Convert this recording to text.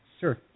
sure